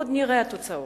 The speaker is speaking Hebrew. עוד נראה את התוצאות,